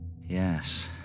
Yes